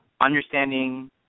understanding